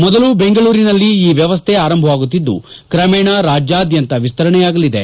ಮೊದಲು ಬೆಂಗಳೂರಿನಲ್ಲಿ ಈ ವ್ಯವಸ್ಥೆ ಆರಂಭವಾಗುತ್ತಿದ್ದು ಕ್ರಮೇಣ ರಾಜ್ಯಾದ್ಯಂತ ವಿಸ್ತರಣೆಯಾಗಲಿದೆ